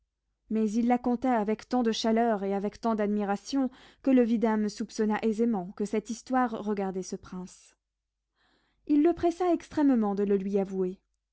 mais il la conta avec tant de chaleur et avec tant d'admiration que le vidame soupçonna aisément que cette histoire regardait ce prince il le pressa extrêmement de le lui avouer